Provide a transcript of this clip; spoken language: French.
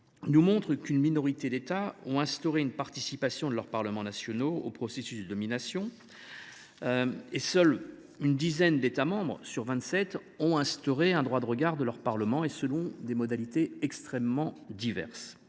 Cosac montrent qu’une minorité d’États ont instauré une participation de leurs parlements nationaux aux processus de nomination. Seule une dizaine des vingt sept États membres ont instauré un droit de regard de leurs parlements, selon des modalités extrêmement diverses.